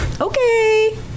Okay